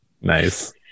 Nice